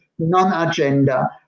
non-agenda